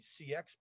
CX